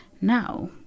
Now